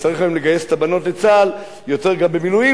שצריך היום לגייס למילואים בצה"ל גם את הבנות,